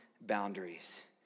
boundaries